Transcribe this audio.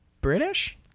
British